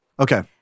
Okay